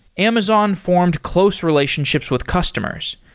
amazon formed close relationships with customers.